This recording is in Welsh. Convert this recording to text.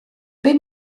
bum